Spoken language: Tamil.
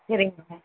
சரிங்க